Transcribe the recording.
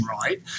right